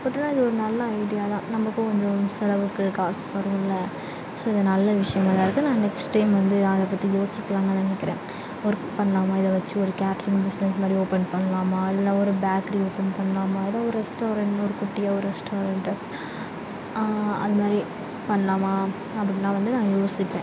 but ஆனால் இது ஒரு நல்ல ஐடியாதான் நமக்கும் கொஞ்சம் செலவுக்கு காசு வரும்ல ஸோ நல்ல விஷயமா தான் இருக்கு நான் நெக்ஸ்ட் டைம் வந்து அதை பற்றி யோசிக்கலான்னு நான் நினைக்கிறேன் ஒர்க் பண்ணலாமா இதை வச்சு ஒரு கேட்ரிங் பிஸ்னஸ் மாதிரி ஓப்பன் பண்ணலாமா இல்லைனா ஒரு பேக்கிரி ஓப்பன் பண்ணலாமா இல்லை ஒரு ரெஸ்டாரண்ட் ஒரு குட்டியாக ஒரு ரெஸ்டாரண்ட் அது மாதிரி பண்ணலாமா அப்படிலாம் வந்து நான் யோசிப்பேன்